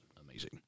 amazing